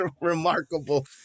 remarkable